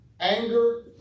Anger